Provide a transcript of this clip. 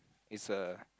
it's a